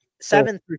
Seven